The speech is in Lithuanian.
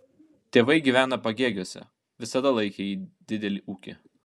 tėvai gyvena pagėgiuose visada laikė didelį ūkį